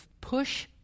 push